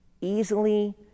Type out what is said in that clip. easily